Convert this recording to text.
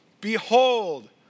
behold